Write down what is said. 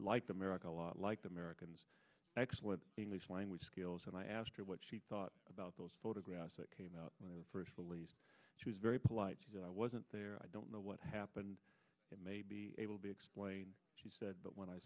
the america lot like the americans excellent english language skills and i asked her what she thought about those photographs that came out when the first release was very polite she said i wasn't there i don't know what happened it may be able to explain she said but when i